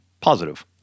positive